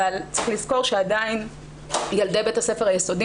צריך לזכור שעדיין ילדי בית הספר היסודי